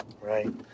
right